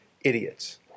idiots